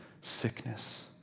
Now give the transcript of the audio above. sickness